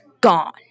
gone